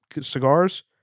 cigars